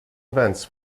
events